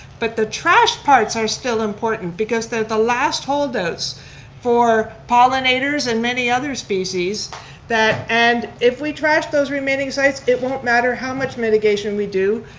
but the trashed parts are still important because they're the last holdouts for pollinators and many other species that, and if we trashed those remaining sites, it won't matter how much mitigation we do,